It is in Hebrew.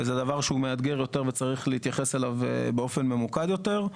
זה דבר שהוא מאתגר יותר וצריך להתייחס אליו באופן ממוקד יותר,